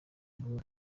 album